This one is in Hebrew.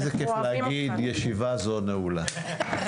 איזה כייף להגיד: ישיבה זו נעולה.